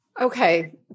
Okay